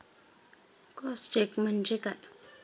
Cross check म्हणजे काय?